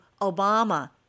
Obama